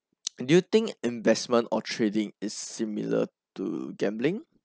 do you think investment or trading is similar to gambling